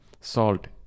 Salt